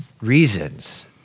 reasons